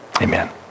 amen